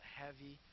heavy